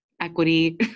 equity